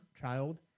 child